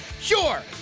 Sure